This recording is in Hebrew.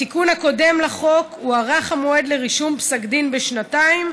בתיקון הקודם לחוק הוארך המועד לרישום פסק דין בשנתיים,